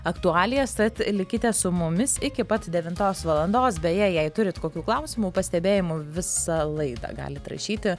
aktualijas tad likite su mumis iki pat devintos valandos beje jei turit kokių klausimų pastebėjimų visą laidą galit rašyti